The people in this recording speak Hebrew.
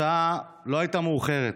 השעה לא הייתה מאוחרת.